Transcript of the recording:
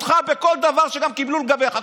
אותך, בכל דבר, קיבלו גם לגביך.